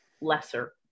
lesser